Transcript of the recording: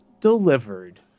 delivered